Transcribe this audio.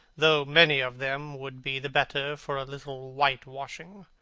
though many of them would be the better for a little whitewashing.